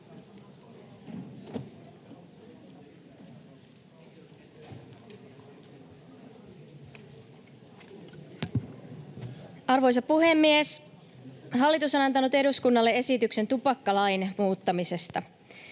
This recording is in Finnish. Arvoisa puhemies! Hallitus on antanut eduskunnalle esityksen tupakkalain muuttamisesta.